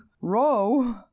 row